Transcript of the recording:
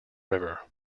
river